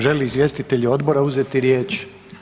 Žele li izvjestitelji odbora uzeti riječ?